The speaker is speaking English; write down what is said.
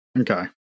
Okay